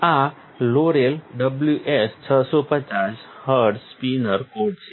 આ Laurell WS 650 HZ spin coater છે